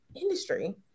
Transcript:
industry